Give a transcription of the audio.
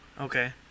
Okay